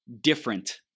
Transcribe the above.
different